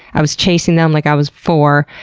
i was chasing them like i was four.